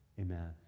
amen